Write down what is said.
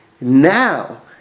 now